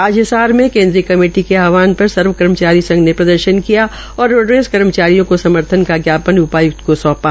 आज हिसार में केन्द्रीय कमेटी के आहवान पर सर्व कर्मचारी संघ ने प्रदर्शन किया और रोडवेज़ कर्मचारियों को समर्थन का ज्ञापन उपाय्क्त को सौंपा